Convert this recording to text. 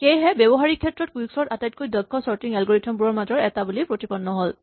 সেয়েহে ব্যৱহাৰিক ক্ষেত্ৰত কুইকচৰ্ট আটাইতকৈ দক্ষ চৰ্টিং এলগৰিথম বোৰৰ মাজৰ এটা বুলি প্ৰতিপন্ন হ'ল